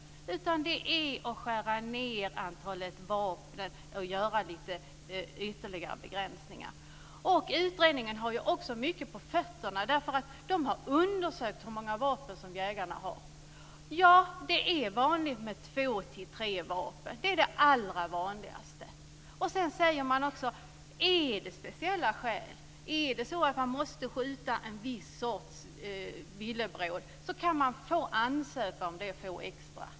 Det handlar om att skära ned antalet vapen och göra lite ytterligare begränsningar. Utredningen har ju också mycket på fötterna. Den har undersökt hur många vapen som jägarna har. Det är vanligt med två till tre vapen. Det är det allra vanligaste. Sedan säger man också att är det speciella skäl, är det så att man måste skjuta en viss sorts villebråd, kan man ansöka om det och få extra.